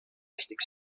mystic